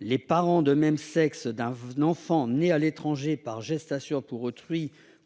Les parents de même sexe d'un enfant né à l'étranger par gestation pour autrui